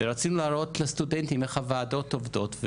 ורצינו להראות לסטודנטים איך הוועדות עובדות.